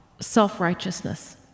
self-righteousness